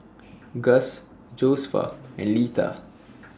Guss Josefa and Litha